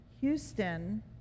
Houston